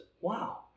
wow